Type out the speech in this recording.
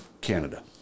Canada